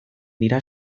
dira